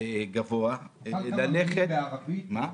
גבוה, ללכת --- אוסאמה,